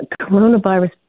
coronavirus